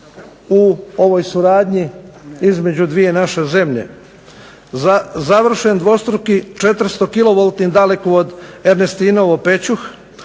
u ovoj suradnji između dvije naše zemlje. Završen dvostruki četiristo kilovoltni dalekovod Ernestinovo – Pečuh.